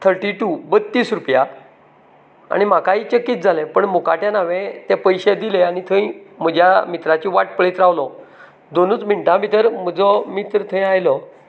thirty two बत्तीस रुपयां आनी म्हाकाय चक्कीत जालें पण मुकाट्यान हांवें तें पयशे दिले आनी थंय म्हज्या मित्राच्या वाट पळयत रावलो दोनूच मिनटां भितर म्हजो मित्र थंय आयलो